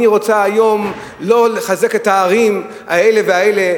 אני רוצה היום לא לחזק את הערים האלה והאלה,